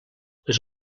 les